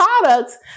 products